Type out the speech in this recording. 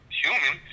human